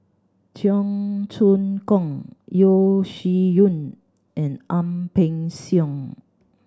Cheong Choong Kong Yeo Shih Yun and Ang Peng Siong